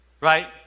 Right